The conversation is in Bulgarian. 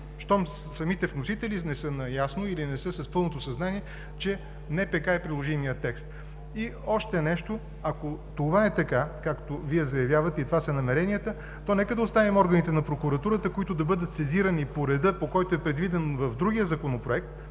щом самите вносители не са наясно или не са с пълното съзнание, че НПК е приложимият текст. И още нещо. Ако това е така, както Вие заявявате и това са намеренията, то нека да оставим органите на прокуратурата, които да бъдат сезирани по реда, предвиден в другия Законопроект,